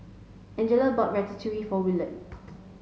Angela bought Ratatouille for Williard